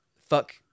Fuck